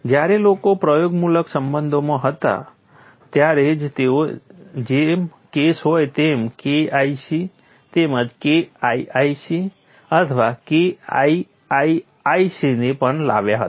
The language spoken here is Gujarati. જ્યારે લોકો પ્રયોગમૂલક સંબંધોમાં જતા હતા ત્યારે જ તેઓ જેમ કેસ હોય તેમ KIC તેમજ KIIC અથવા KIIIC ને પણ લાવ્યા હતા